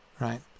right